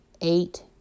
eight